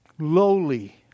lowly